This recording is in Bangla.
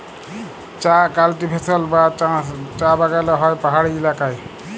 চাঁ কাল্টিভেশল বা চাষ চাঁ বাগালে হ্যয় পাহাড়ি ইলাকায়